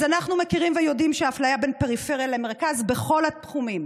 אז אנחנו מכירים ויודעים שהאפליה בין פריפריה למרכז היא בכל התחומים,